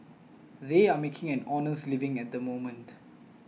they are making an honest living at the moment